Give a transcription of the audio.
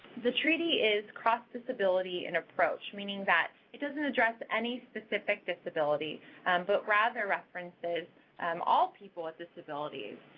the treaty is cross disability in approach, meaning that it doesn't address any specific disability and but rather references um all people with disabilities.